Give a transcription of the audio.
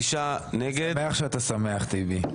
אני שמח שאתה שמח, טיבי.